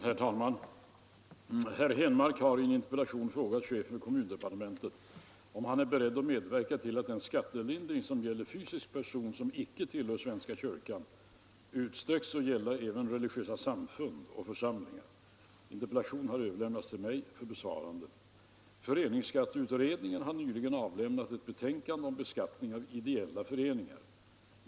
Herr talman! Herr Henmark har i en interpellation frågat chefen för kommundepartementet om han är beredd att medverka till att den skattelindring, som gäller fysisk person som inte tillhör svenska kyrkan, utsträcks att gälla även religiösa samfund och församlingar. Interpellationen har överlämnats till mig för besvarande. Föreningsskatteutredningen har nyligen avlämnat ett betänkande om beskattning av ideella föreningar.